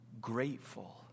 grateful